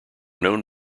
known